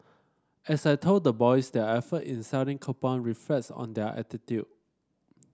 as I told the boys their effort in selling coupon reflects on their attitude